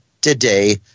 today